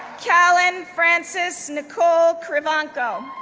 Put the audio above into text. callan frances nichole krevanko,